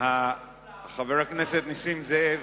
חבר הכנסת נסים זאב,